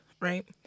right